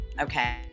okay